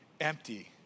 empty